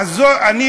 עזוב את החלום,